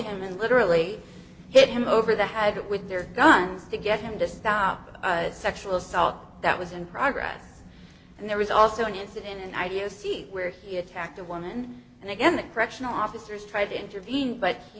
him and literally hit him over the head with their guns to get him to stop the sexual assault that was in progress and there was also an incident and i do see where he attacked the woman and again the correctional officers tried to intervene but he